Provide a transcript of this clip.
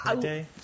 day